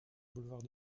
boulevard